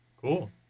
cool